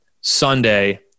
Sunday